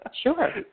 sure